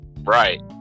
Right